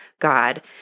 God